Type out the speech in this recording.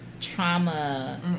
trauma